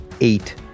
eight